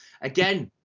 Again